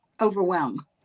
overwhelm